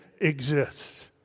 exists